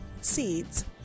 seeds